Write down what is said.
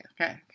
okay